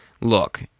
look